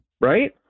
Right